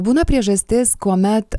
būna priežastis kuomet